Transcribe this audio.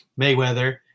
Mayweather